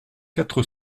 quatre